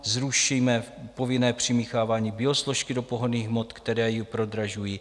Zrušíme povinné přimíchávání biosložky do pohonných hmot, které ji prodražují.